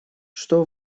что